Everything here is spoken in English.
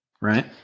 Right